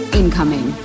incoming